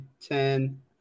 ten